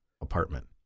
apartment